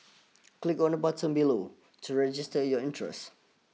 click on the button below to register your interest